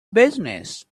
business